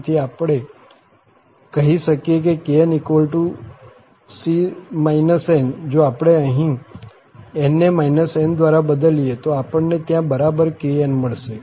તેથી આપણે કહી શકીએ કે knc n જો આપણે અહીં n ને n દ્વારા બદલીએ તો આપણને ત્યાં બરાબર kn મળશે